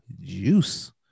Juice